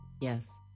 yes